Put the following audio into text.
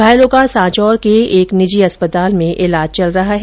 घायलों का सांचोर के एक निजी अस्पताल में इलाज चल रहा है